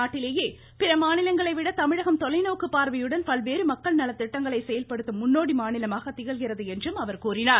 நாட்டிலேயே பிற மாநிலங்களை விட தமிழகம் தொலைநோக்கு பார்வையுடன் பல்வேறு மக்கள் நலத்திட்டங்களை செயல்படுத்தும் முன்னோடி மாநிலமாக திகழ்கிறது என்றும் அவர் கூறினார்